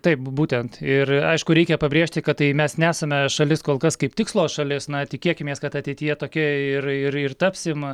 taip būtent ir aišku reikia pabrėžti kad tai mes nesame šalis kol kas kaip tikslo šalis na tikėkimės kad ateityje tokie ir ir ir tapsim